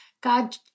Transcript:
God